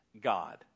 God